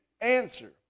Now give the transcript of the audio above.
answer